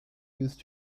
used